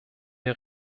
der